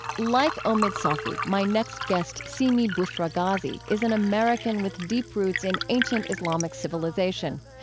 like omid safi, my next guest, seemi bushra ghazi, is an american with deep roots in ancient islamic civilization.